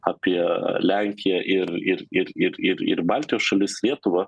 apie lenkiją ir ir ir ir ir ir baltijos šalis lietuvą